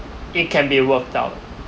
it can be work out